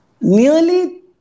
nearly